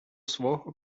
свого